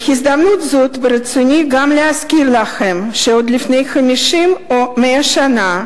בהזדמנות זאת ברצוני להזכיר לכם שעוד לפני 50 או 100 שנה